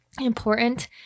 important